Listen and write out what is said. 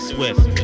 Swift